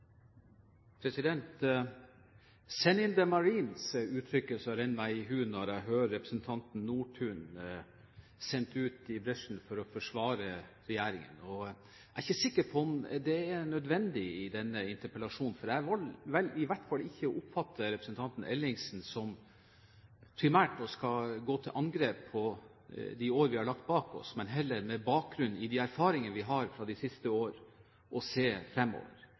uttrykket som rinner meg i hu når jeg hører representanten Nordtun, sendt i bresjen for å forsvare regjeringen. Jeg er ikke sikker på om det er nødvendig i forbindelse med denne interpellasjonen, for jeg velger i hvert fall ikke å oppfatte representanten Ellingsen som primært å skulle gå til angrep på de år vi har lagt bak oss, men heller, med bakgrunn i de erfaringer vi har fra de siste årene, å se fremover.